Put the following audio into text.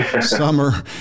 summer